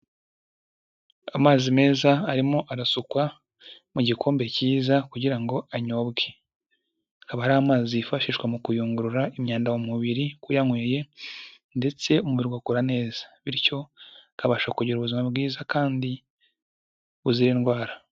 Amazi meza arimo arasukwa mu gikombe cyiza kugira ngo anyobwe. Hakaba hari amazi yifashishwa mu kuyungurura imyanda mu mubiri ku yanyweye ndetse umubiri ugakora neza. Bityo ukabasha kugira ubuzima bwiza kandi buzira indwara.